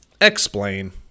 Explain